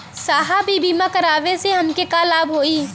साहब इ बीमा करावे से हमके का लाभ होई?